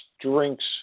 drinks